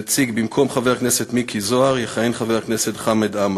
במקום חבר הכנסת מכלוף מיקי זוהר יכהן חבר הכנסת חמד עמאר.